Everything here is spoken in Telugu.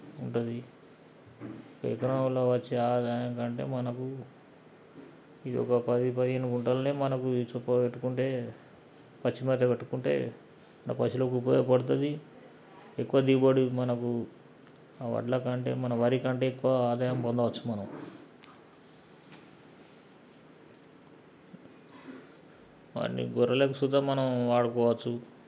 ఉంటుంది ఎకరంలో వచ్చే ఆదాయం కంటే మనకు ఇది ఒక పది పదిహేను గుంటలనే మనకు ఈ చొప్ప పెట్టుకుంటే పచ్చి మేత పెట్టుకుంటే పైసలకు ఉపయోగపడుతుంది ఎక్కువ దిగుబడి మనకు వడ్ల కంటే మన వరి కంటే ఎక్కువ ఆదాయం పొందవచ్చు మనం వాటిని గొర్రెలకు సుతా మనం వాడుకోవచ్చు